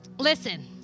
listen